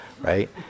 right